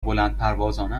بلندپروازانه